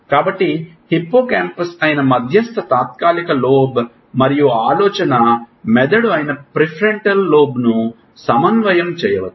కాబట్టి హిప్పోకాంపస్ అయిన మధ్యస్థ తాత్కాలిక లోబ్ మరియు ఆలోచనా మెదడు అయిన ప్రిఫ్రంటల్ లోబ్ను సమన్వయం చేయవచ్చు